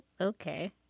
okay